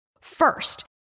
First